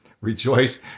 rejoice